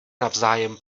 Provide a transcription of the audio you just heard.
navzájem